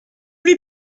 lui